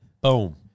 boom